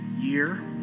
year